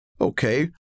Okay